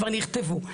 כבר נכתבו,